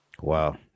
Wow